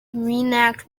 reenact